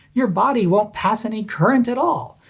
your body won't pass any current at all.